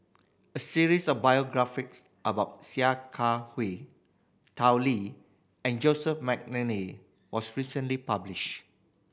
a series of biographies about Sia Kah Hui Tao Li and Joseph McNally was recently published